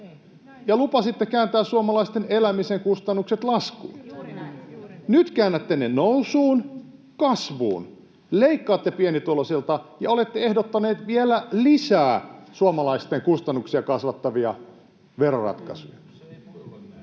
lupasitte kääntää suomalaisten elämisen kustannukset laskuun. Nyt käännätte ne nousuun, kasvuun. Leikkaatte pienituloisilta ja olette ehdottaneet vielä lisää suomalaisten kustannuksia kasvattavia veroratkaisuja.